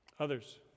Others